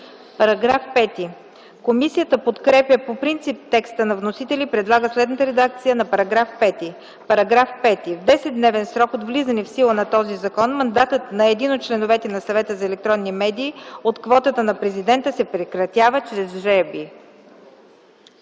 КАРАМИНОВА: Комисията подкрепя по принцип текста на вносителя за § 5 и предлага следната редакция: „§ 5. В 10-дневен срок от влизане в сила на този закон мандатът на един от членовете на Съвета за електронни медии от квотата на Президента се прекратява чрез жребий.”